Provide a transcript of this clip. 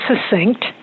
succinct